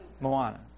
Moana